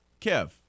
Kev